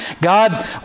God